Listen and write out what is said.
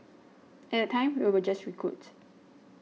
at that time we were just recruits